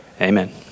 Amen